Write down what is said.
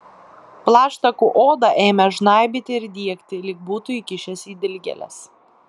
plaštakų odą ėmė žnaibyti ir diegti lyg būtų įkišęs į dilgėles